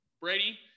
Brady